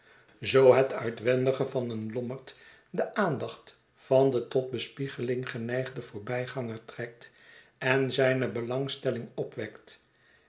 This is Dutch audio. zoo het uitwendige van een lommerd de aandacht van den tot bespiegeling geneigden voorbij ganger trekt en zijne belangstelling opwekt